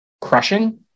crushing